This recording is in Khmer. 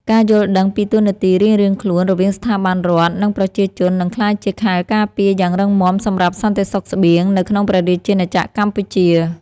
ការយល់ដឹងពីតួនាទីរៀងៗខ្លួនរវាងស្ថាប័នរដ្ឋ និងប្រជាជននឹងក្លាយជាខែលការពារយ៉ាងរឹងមាំសម្រាប់សន្តិសុខស្បៀងនៅក្នុងព្រះរាជាណាចក្រកម្ពុជា។